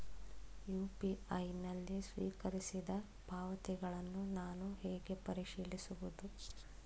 UPI ನಲ್ಲಿ ಸ್ವೀಕರಿಸಿದ ಪಾವತಿಗಳನ್ನು ನಾನು ಹೇಗೆ ಪರಿಶೀಲಿಸುವುದು?